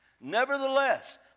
Nevertheless